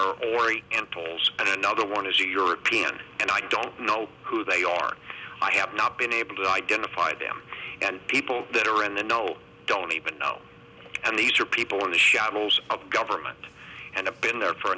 tolls and another one is a european and i don't know who they are i have not been able to identify them and people that are in the know don't even know and these are people in the shadows of government and of been there for a